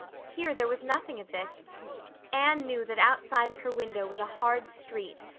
here there was nothing of this anne knew that outside of her window was a hard street,